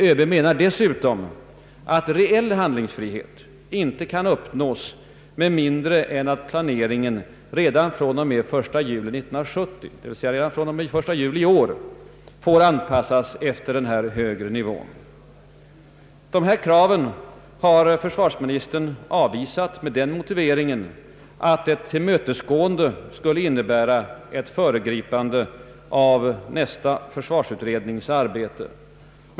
ÖB menar dessutom att reell handlingsfrihet inte kan nås med mindre än att planeringen redan från och med den 1 juli 1970 — d. v. s. den 1 juli i år — får anpassas efter denna högre nivå. Dessa krav har försvarsministern avvisat med den motiveringen att ett tillmötesgående skulle innebära ett föregripande av nästa försvarsutrednings arbete.